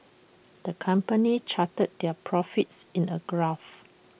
the company charted their profits in A graph